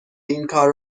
اینکار